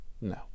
No